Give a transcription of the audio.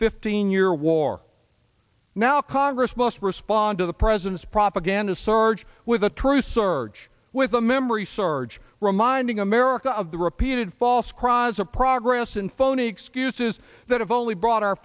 fifteen year war now congress must respond to the press since propaganda surge with a true surge with a memory surge reminding america of the repeated false cries of progress and phony excuses that have only brought our